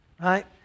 right